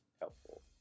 helpful